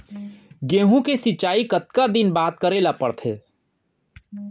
गेहूँ के सिंचाई कतका दिन बाद करे ला पड़थे?